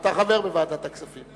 אתה חבר בוועדת הכספים.